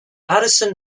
addison